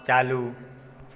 चालू